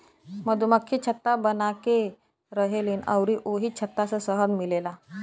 मधुमक्खि छत्ता बनाके रहेलीन अउरी ओही छत्ता से शहद मिलेला